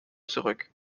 zurück